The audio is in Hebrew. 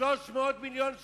300 מיליון שקלים?